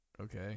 Okay